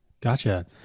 Gotcha